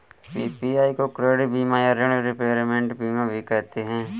PPI को credit बीमा या ॠण रिपेयरमेंट बीमा भी कहते हैं